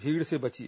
भीड़ से बचिए